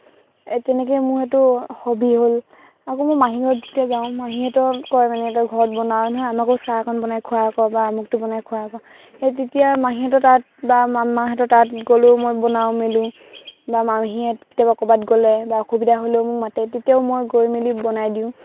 তেনেকে মোৰ সেইটো হবি হ'ল আকৌ মই মাহীহঁতৰ ঘৰত যেতিয়া যাওঁ মাহীহেতেও কয় মানে তই ঘৰত বনাৱ নহয় আমাকো চাহ অকণ বনাই খোৱা আক' বা আমুকটো বনাই খোৱা আক' সেই তেতিয়া মাহীহঁতৰ তাত বা মামাহঁতৰ তাত গলেও মই বনাও মেলো বা মাহীহেত কেতিয়াবা ক'ৰবাত গ'লে বা অসুবিধা হ'লেও মোক মাতে তেতিয়াও মই গৈ মেলি বনাই দিওঁ